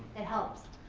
it helps.